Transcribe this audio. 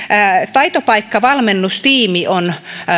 taitopaikka valmennustiimi on